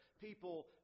people